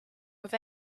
with